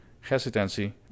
hesitancy